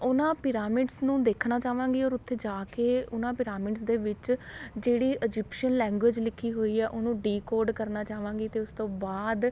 ਉਹਨਾਂ ਪਿਰਾਮਿਡਸ ਨੂੰ ਦੇਖਣਾ ਚਾਹਵਾਂਗੀ ਔਰ ਉੱਥੇ ਜਾ ਕੇ ਉਹਨਾਂ ਪਿਰਾਮਿਡ ਦੇ ਵਿੱਚ ਜਿਹੜੀ ਇਜਿਪਸ਼ਨ ਲੈਂਗੁਏਜ ਲਿਖੀ ਹੋਈ ਆ ਉਹਨੂੰ ਡੀਕੋਡ ਕਰਨਾ ਚਾਹਵਾਂਗੀ ਅਤੇ ਉਸ ਤੋਂ ਬਾਅਦ